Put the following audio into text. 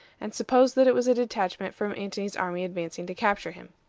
and supposed that it was a detachment from antony's army advancing to capture him.